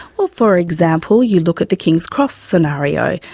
well, for example, you look at the kings cross scenario.